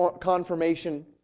confirmation